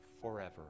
forever